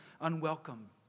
unwelcome